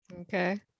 Okay